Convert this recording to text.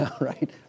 right